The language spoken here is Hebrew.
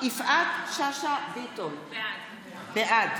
יפעת שאשא ביטון, בעד